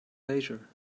leisure